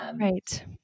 Right